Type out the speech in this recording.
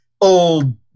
old